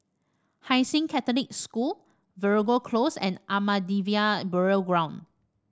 Hai Sing Catholic School Veeragoo Close and Ahmadiyya Burial Ground